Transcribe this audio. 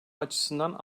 açısından